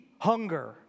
hunger